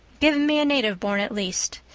give me a native born at least.